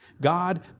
God